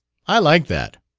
i like that!